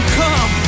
come